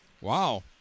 Wow